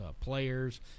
players